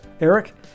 Eric